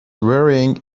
wearing